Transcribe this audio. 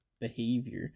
Behavior